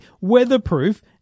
weatherproof